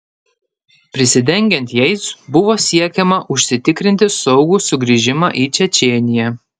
prisidengiant jais buvo siekiama užsitikrinti saugų sugrįžimą į čečėniją